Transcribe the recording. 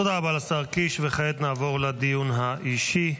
תודה רבה לשר קיש, וכעת נעבור לדיון האישי.